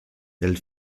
del